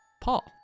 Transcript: Paul